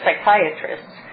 psychiatrists